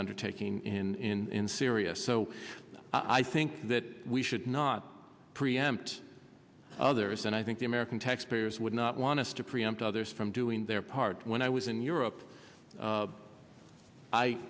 undertaking in syria so i think that we should not preempt others and i think the american taxpayers would not want to preempt others from doing their part when i was in europe